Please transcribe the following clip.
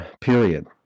period